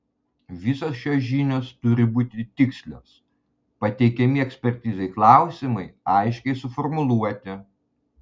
visos šios žinios turi būti tikslios pateikiami ekspertizei klausimai aiškiai suformuluoti